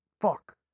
fuck